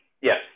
Yes